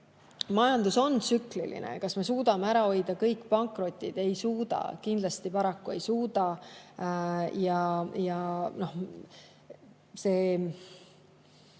Majandus on tsükliline. Kas me suudame ära hoida kõik pankrotid? Ei suuda, kindlasti paraku ei suuda. Mis